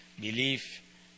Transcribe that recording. Belief